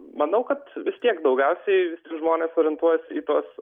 manau kad vis tiek daugiausiai žmonės orientuojasi į tuos